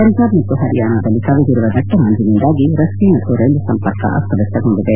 ಪಂಜಾಬ್ ಮತ್ತು ಪರಿಯಾಣಾದಲ್ಲಿ ಕವಿದಿರುವ ದಟ್ಟ ಮಂಜಿನಿಂದಾಗಿ ರಸ್ತೆ ಮತ್ತು ರ್ನೆಲು ಸಂಪರ್ಕ ಅಸ್ತವ್ಲಸ್ತಗೊಂಡಿದೆ